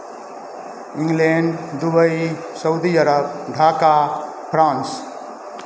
England Dubai Saudi Arab Dhaka France